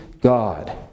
God